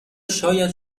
شاید